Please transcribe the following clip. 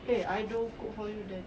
eh I don't cook for you then